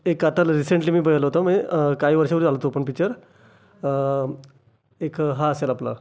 एक्काहत्तरला recently मी बघितला होता मजे काही वर्षापूर्वी आला होता तो पण पिच्चर एक हा असेल आपला